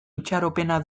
itxaropena